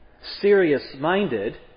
serious-minded